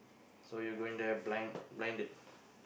so you going their blind blinded